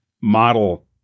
model